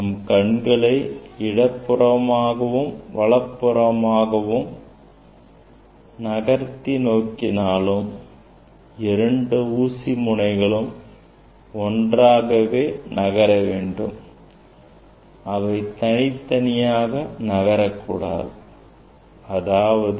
நம் கண்களை இடது புறமாகவும் வலதுபுறமாகவும் நகர்ந்து நோக்கினாலும் இரண்டு ஊசி முனைகளும் ஒன்றாகவே நகரவேண்டும் அவை தனித்தனியாக நகரக் கூடாது